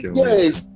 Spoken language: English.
yes